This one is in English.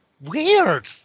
Weird